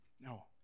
No